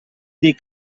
dir